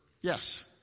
Yes